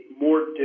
more